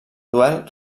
duel